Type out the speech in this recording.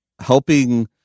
helping